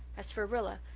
as for rilla,